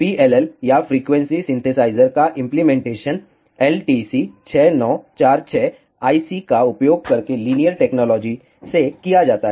PLL या frequency synthesizer का implementation LTC6946 IC का उपयोग करके लीनियर टेक्नोलॉजी से किया जाता है